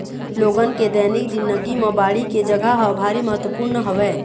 लोगन के दैनिक जिनगी म बाड़ी के जघा ह भारी महत्वपूर्न हवय